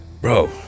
Bro